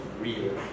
real